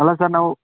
ಅಲ್ಲ ಸರ್ ನಾವು